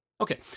Okay